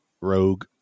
Rogue